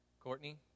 Courtney